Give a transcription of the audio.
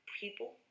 people